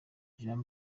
jean